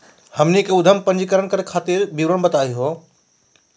हमनी के उद्यम पंजीकरण करे खातीर विवरण बताही हो?